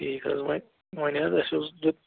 ٹھیٖک حظ وۄنۍ وۄنۍ حظ اَسہِ حظ دیُت